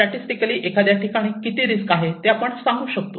statistically एखाद्या ठिकाणी किती रिस्क आहे ते आपण सांगू शकतो